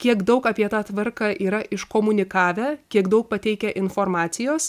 kiek daug apie tą tvarką yra iškomunikavę kiek daug pateikę informacijos